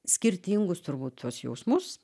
skirtingus turbūt tuos jausmus